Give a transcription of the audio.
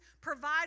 provide